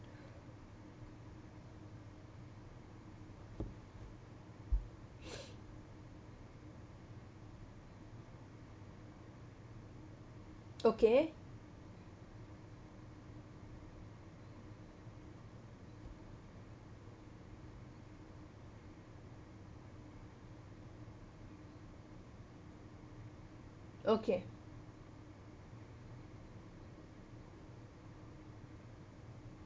okay